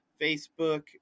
Facebook